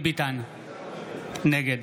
נגד